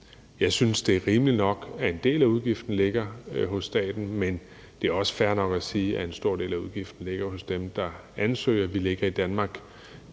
jeg synes, det er rimeligt nok, at en del af udgiften ligger hos staten, men det er også fair nok at sige, at en stor del af udgiften ligger hos dem, der ansøger. Vi ligger i Danmark